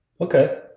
okay